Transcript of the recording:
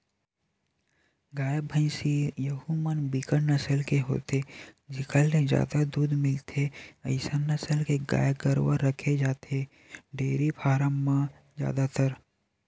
गाय, भइसी यहूँ म बिकट नसल के होथे जेखर ले जादा दूद मिलथे अइसन नसल के गाय गरुवा रखे जाथे डेयरी फारम म जादातर